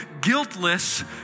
guiltless